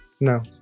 No